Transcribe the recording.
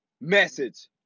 message